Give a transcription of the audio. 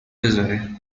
بذاره